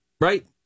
right